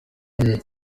hamwe